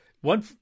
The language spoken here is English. one